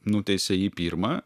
nuteisė jį pirmą